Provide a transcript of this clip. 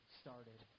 started